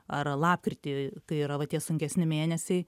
ar lapkritį tai yra tie sunkesni mėnesiai